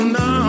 no